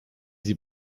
sie